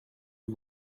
que